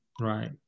right